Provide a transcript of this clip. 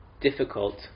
difficult